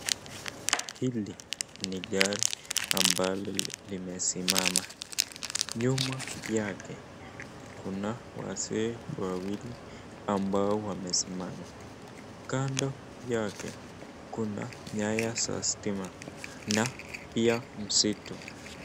Hili ni gari ambalo linasimama. Nyuma yake kuna wazee wawili ambao wamesimama. Kando yake kuna nyaya za stima na pia msitu.